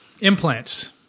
Implants